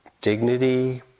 dignity